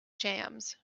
jams